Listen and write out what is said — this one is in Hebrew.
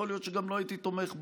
יכול להיות שגם לא הייתי תומך בו,